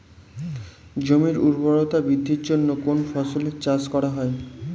জমির উর্বরতা বৃদ্ধির জন্য কোন ফসলের চাষ করা হয়?